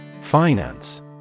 Finance